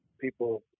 people